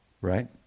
right